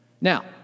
Now